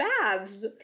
baths